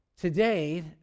Today